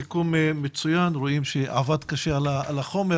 סיכום מצוין, רואים שעבדת קשה על החומר.